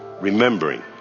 remembering